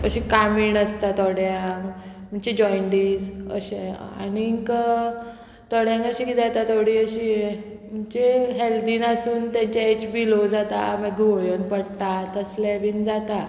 अशी कामीण आसता थोड्यांक म्हणचे जॉयंडीज अशें आनीक थोड्यांक अशें किदें जाता थोडीं अशीं म्हणजे हेल्दी नासून तेंचे एज बी लो जाता मागीर घुंवळ येवन पडटा तसलें बीन जाता